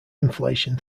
inflation